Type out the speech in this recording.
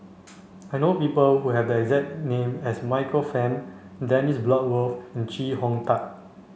I know people who have the exact name as Michael Fam Dennis Bloodworth and Chee Hong Tat